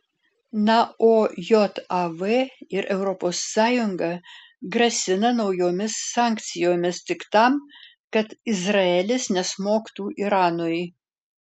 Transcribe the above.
na o jav ir europos sąjunga grasina naujomis sankcijomis tik tam kad izraelis nesmogtų iranui